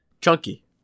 chunky